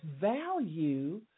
value